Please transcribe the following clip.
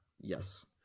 yes